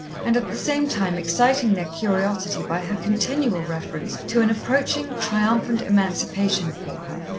and at the same time exciting their curiosity by her continual reference to an approaching triumphant emancipation for her,